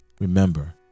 Remember